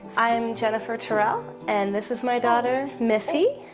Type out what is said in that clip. i'm jennifer turrell and this is my daughter myffy.